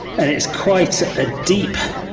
and it's quite a deep,